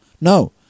no